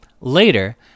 Later